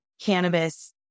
cannabis